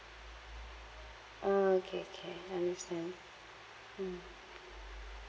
orh okay okay understand mm